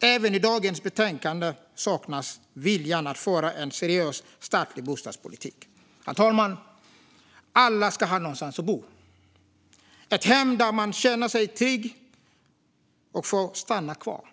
Även i dagens betänkande saknas viljan att föra en seriös statlig bostadspolitik. Herr talman! Alla ska ha någonstans att bo - ett hem där de känner sig trygga och får stanna kvar.